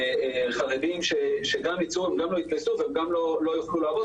חרדים שלא יתגייסו גם לא יוכלו לעבוד,